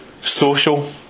social